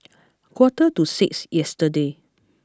quarter to six yesterday